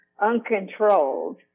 uncontrolled